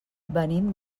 venim